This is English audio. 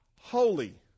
holy